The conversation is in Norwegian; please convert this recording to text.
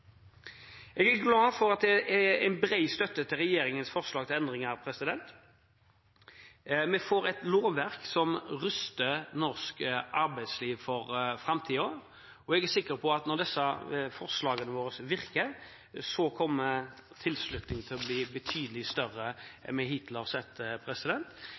Jeg er glad for at det er bred støtte for regjeringens forslag til endringer. Vi får et lovverk som ruster norsk arbeidsliv for framtiden. Jeg er sikker på at når man ser at forslagene våre virker, kommer tilslutningen til å bli betydelig større enn vi hittil har sett.